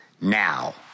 now